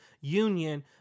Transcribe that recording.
union